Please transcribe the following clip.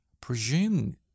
Presume